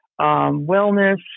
wellness